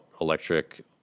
electric